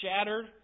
shattered